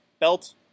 Belt